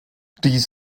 dies